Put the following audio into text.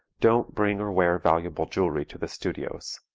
don't bring or wear valuable jewelry to the studios.